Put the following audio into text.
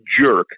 jerk